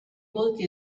molti